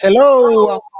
Hello